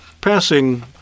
passing